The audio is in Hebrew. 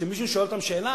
של מישהו ששואל אותם שאלה?